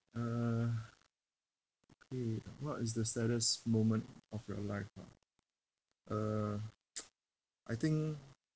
uh okay uh what is the saddest moment of your life ah uh I think